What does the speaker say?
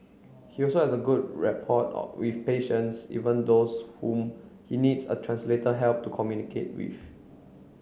he also has a good rapport of with patients even those whom he needs a translator help to communicate with